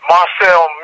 Marcel